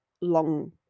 long